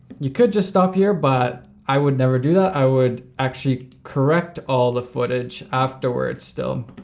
you could just stop here, but i would never do that, i would actually correct all the footage afterwards, still.